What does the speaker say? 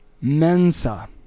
Mensa